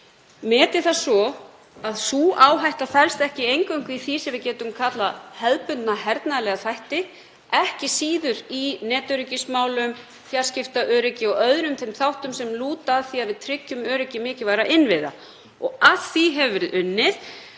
metið það svo að sú áhætta felist ekki eingöngu í því sem við getum kallað hefðbundna hernaðarlega þætti heldur ekki síður í netöryggismálum, fjarskiptaöryggi og öðrum þeim þáttum sem lúta að því að við tryggjum öryggi mikilvægra innviða og að því hefur verið unnið.